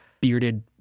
bearded